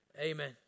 Amen